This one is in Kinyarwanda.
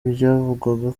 ibyavugwaga